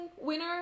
winner